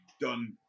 done